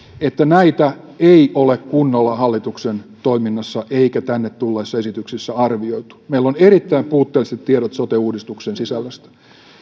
että näitä ei ole kunnolla hallituksen toiminnassa eikä tänne tulleissa esityksissä arvioitu meillä on erittäin puutteelliset tiedot sote uudistuksen sisällöstä